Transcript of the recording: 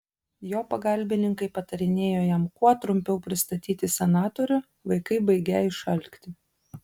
jo pagalbininkai patarinėjo jam kuo trumpiau pristatyti senatorių vaikai baigią išalkti